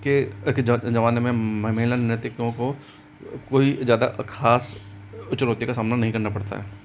के जमाने में महिला नर्तकियों को कोई ज़्यादा ख़ास चुनौती का सामना नहीं करना पड़ता है